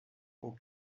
aux